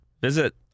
Visit